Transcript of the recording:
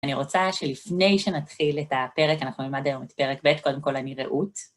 אני רוצה שלפני שנתחיל את הפרק, אנחנו נלמד היום את פרק ב', קודם כל, אני רעות.